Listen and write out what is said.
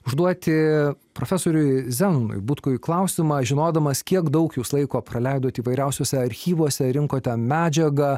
užduoti profesoriui zenonui butkui klausimą žinodamas kiek daug jūs laiko praleidot įvairiausiuose archyvuose rinkote medžiagą